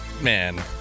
man